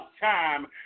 time